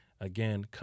Again